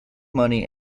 money